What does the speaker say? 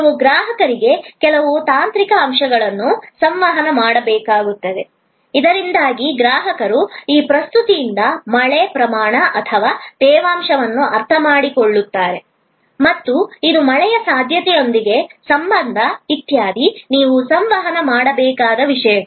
ನೀವು ಗ್ರಾಹಕರಿಗೆ ಕೆಲವು ತಾಂತ್ರಿಕ ಅಂಶಗಳನ್ನು ಸಂವಹನ ಮಾಡಬೇಕಾಗುತ್ತದೆ ಇದರಿಂದಾಗಿ ಗ್ರಾಹಕರು ಆ ಪ್ರಸ್ತುತಿಯಿಂದ ಮಳೆ ಪ್ರಮಾಣ ಅಥವಾ ತೇವಾಂಶವನ್ನು ಅರ್ಥಮಾಡಿಕೊಳ್ಳುತ್ತಾರೆ ಮತ್ತು ಇದು ಮಳೆಯ ಸಾಧ್ಯತೆಯೊಂದಿಗೆ ಸಂಬಂಧ ಇತ್ಯಾದಿ ನೀವು ಸಂವಹನ ಮಾಡಬೇಕಾದ ವಿಷಯಗಳು